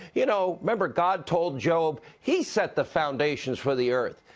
you know, remember god told job he set the foundations for the earth.